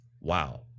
Wow